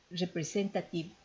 representative